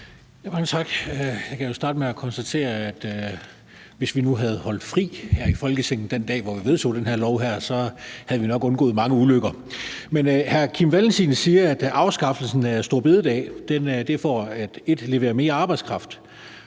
Jeg kan jo starte med at konstatere, at hvis vi nu havde holdt fri i Folketinget den dag, hvor vi vedtog den her lov, havde vi nok undgået mange ulykker. Men hr. Kim Valentin siger, at afskaffelsen af store bededag var for at få mere arbejdskraft,